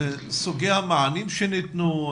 על סוגי המענים שניתנו.